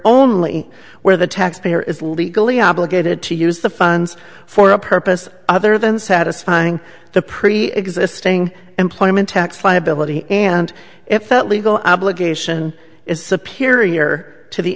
only where the taxpayer is legally obligated to use the funds for a purpose other than satisfying the preexisting employment tax liability and if that legal obligation is superior to the